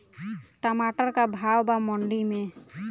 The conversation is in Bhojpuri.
टमाटर का भाव बा मंडी मे?